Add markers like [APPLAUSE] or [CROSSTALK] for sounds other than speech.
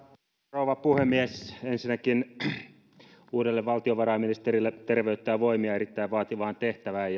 rouva puhemies ensinnäkin uudelle valtiovarainministerille terveyttä ja voimia erittäin vaativaan tehtävään [UNINTELLIGIBLE]